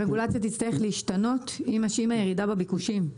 הרגולציה תצטרך להשתנות אם יש ירידה בביקושים.